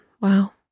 Wow